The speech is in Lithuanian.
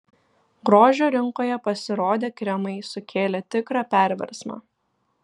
grožio rinkoje pasirodę kremai sukėlė tikrą perversmą